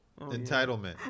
Entitlement